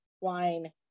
wine